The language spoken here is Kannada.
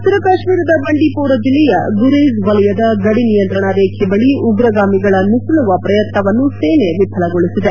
ಉತ್ತರ ಕಾಶ್ಮೀರದ ಬಂಡೀಷೋರ ಜಿಲ್ಲೆಯ ಗುರೇಝ್ ವಲಯದ ಗಡಿನಿಯಂತ್ರಣ ರೇಖೆ ಬಳಿ ಉಗ್ರಗಾಮಿಗಳ ನುಸುಳುವ ಪ್ರಯತ್ನವನ್ನು ಸೇನೆ ವಿಫಲಗೊಳಿಸಿದೆ